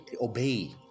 obey